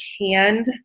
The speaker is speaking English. canned